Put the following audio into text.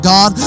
God